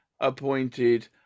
appointed